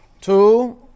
Two